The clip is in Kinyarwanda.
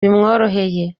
bimworoheye